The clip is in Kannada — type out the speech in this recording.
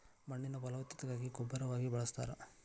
ಮಣ್ಣಿನ ಫಲವತ್ತತೆಗಾಗಿ ಗೊಬ್ಬರವಾಗಿ ಬಳಸ್ತಾರ